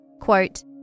quote